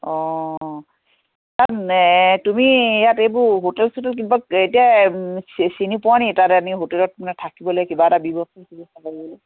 অঁ তুমি ইয়াত এইবোৰ হোটেল চটেল কিবা এতিয়া চিনি পোৱা নেকি তাত এনে হোটেলত মানে থাকিবলৈ কিবা এটা ব্যৱস্থা চিৱস্থা কৰিবলৈ